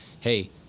hey